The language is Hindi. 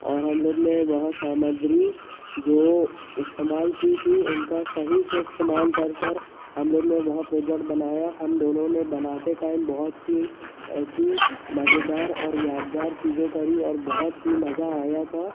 और हम लोग ने वह सामग्री जो इस्तेमाल की थी उनका सही से इस्तेमाल कर कर हम लोग ने वह प्रोजेक्ट बनाया हम दोनों ने बनाते टाइम बहुत सी ऐसी मज़ेदार और यादगार चीजें करीं और बहुत ही मज़ा आया था